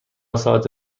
ساعت